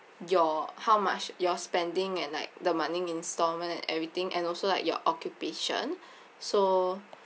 your how much your spending and like the monthly installment and everything and also like your occupation so